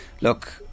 Look